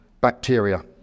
bacteria